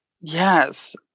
Yes